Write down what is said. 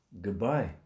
goodbye